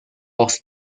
aus